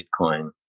Bitcoin